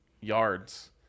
yards